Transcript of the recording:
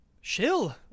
Shill